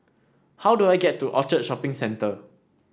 how do I get to Orchard Shopping Centre